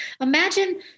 Imagine